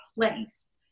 place